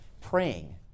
praying